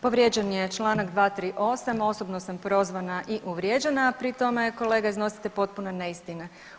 Povrijeđen je članak 238. osobno sam prozvana i uvrijeđena, a pri tome kolega iznosite potpune neistine.